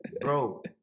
Bro